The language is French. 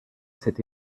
cet